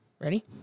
ready